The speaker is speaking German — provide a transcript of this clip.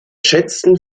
schätzen